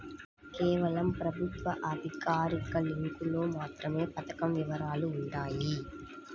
కేవలం ప్రభుత్వ అధికారిక లింకులో మాత్రమే పథకం వివరాలు వుంటయ్యి